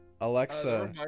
Alexa